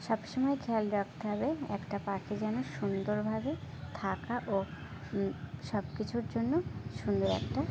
সব সময় খেয়াল রাখতে হবে একটা পাখি যেন সুন্দর ভাবে থাকা ও সব কিছুর জন্য সুন্দর একটা